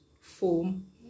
form